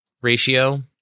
ratio